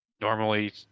normally